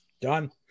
Done